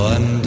One